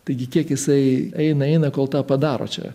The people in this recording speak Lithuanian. taigi kiek jisai eina eina kol tą padaro čia